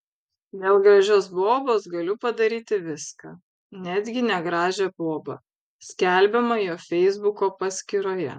dėl gražios bobos galiu padaryti viską netgi negražią bobą skelbiama jo feisbuko paskyroje